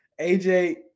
AJ